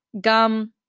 gum